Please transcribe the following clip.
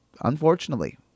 unfortunately